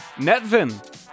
Netvin